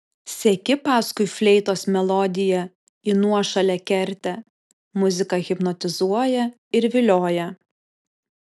seki paskui fleitos melodiją į nuošalią kertę muzika hipnotizuoja ir vilioja